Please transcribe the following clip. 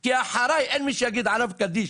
כי אחריי אין מי שיגיד עליו קדיש.